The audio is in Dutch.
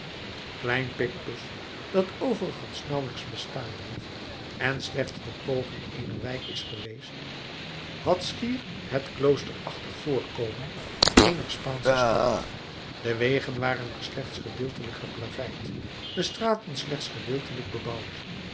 klein picpus dat overigens nauwelijks bestaan heeft en slechts de poging eener wijk is geweest had schier het kloosterachtig voorkomen eener spaansche stad de wegen waren er slechts gedeeltelijk geplaveid de straten slechts gedeeltelijk bebouwd